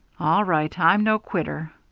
all right, i'm no quitter.